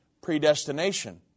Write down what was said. predestination